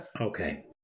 Okay